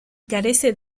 carece